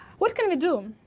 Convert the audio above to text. what can we do?